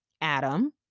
Adam